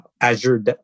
Azure